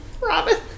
Robin